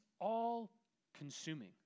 all-consuming